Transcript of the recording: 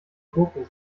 gurken